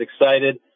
excited